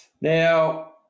Now